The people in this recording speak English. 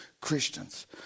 Christians